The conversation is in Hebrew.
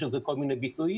יש לזה כל מיני ביטויים.